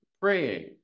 praying